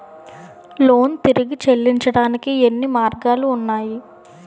Loan తిరిగి చెల్లించటానికి ఎన్ని మార్గాలు ఉన్నాయి?